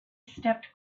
stepped